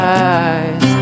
eyes